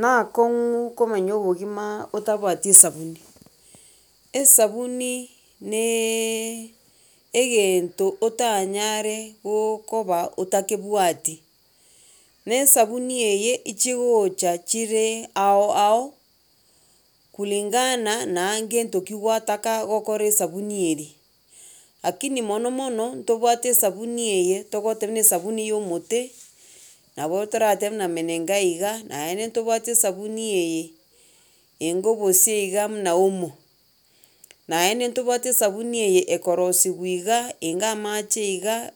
na akong'u komenya obogima otabwati esabuni. Esabuni naaaaa egento otanyare gookoba otakebwati. Na esabuni eye iche gocha chire ao ao kulingana naa gento ki gwataka gokora esabuni eria. Lakini mono mono ntobwate esabuni eye togotoba buna esabuni ya omote nabo toratebe muna menengai iga, naende ntobwate esabuni eye enga obosie iga muna omo. Naende ntobwate esabuni eye ekorosiwa iga enga amache iga,